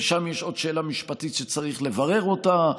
ושם יש עוד שאלה משפטית שצריך לברר אותה,